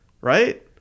Right